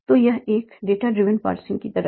तो यह एक डेटा ड्रिवन पार्सिंग की तरह है